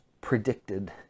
predicted